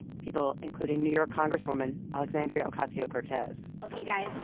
people including new york congresswoman alexandria ocasio-cortez ok, guys.